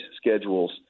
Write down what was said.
schedules